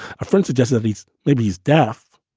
a friend suggested he's maybe he's deaf,